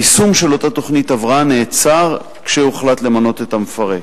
היישום של אותה תוכנית הבראה נעצר כשהוחלט למנות את המפרק.